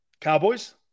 cowboys